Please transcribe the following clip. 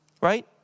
Right